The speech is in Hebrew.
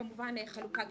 וכמובן חלקוה גילאית,